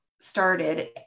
started